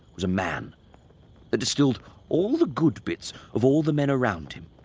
was a man that distilled all the good bits of all the men around him.